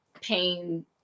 pain